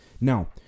Now